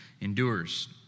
endures